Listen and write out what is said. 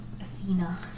Athena